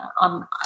on